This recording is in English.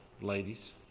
Ladies